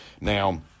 Now